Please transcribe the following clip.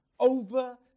over